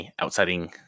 outsiding